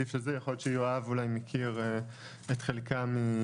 יכול להיות שיואב אולי מכיר את חלקם,